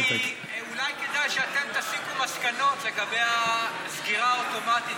כי אולי כדאי שאתם תסיקו מסקנות לגבי הסגירה האוטומטית,